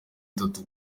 itatu